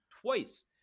twice